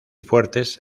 fuertes